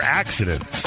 accidents